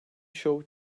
show